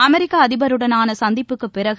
அமெரிக்க அதிபருடனான சந்திப்புக்குப்பிறகு